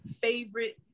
favorite